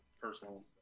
personal